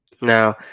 Now